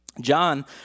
John